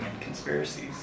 conspiracies